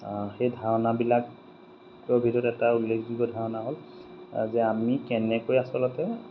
সেই ধাৰণাবিলাকৰ ভিতৰত এটা উল্লেখযোগ্য ধাৰণা হ'ল যে আমি কেনেকৈ আচলতে